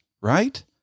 right